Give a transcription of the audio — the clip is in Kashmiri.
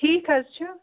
ٹھیٖک حظ چھُ